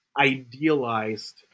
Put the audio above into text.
idealized